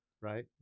right